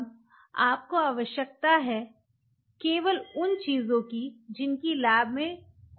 अब आपको आवश्यकता है केवल उन चीज़ों की जिनका कि लैब में कोई उद्देश्य है